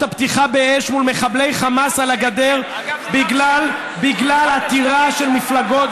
הפתיחה באש מול מחבלי חמאס על הגדר בגלל עתירה של מפלגות,